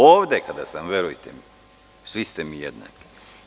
Ovde kada sam, verujte mi, svi ste mi jednaki.